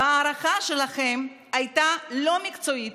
וההערכה שלכם הייתה לא מקצועית.